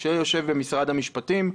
שיושב במשרד המשפטים,